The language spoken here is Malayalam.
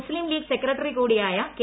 മുസ്ലിം ലീഗ് സെക്രട്ടറി കൂടിയായ കെ